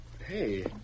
Hey